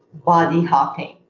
body hopping.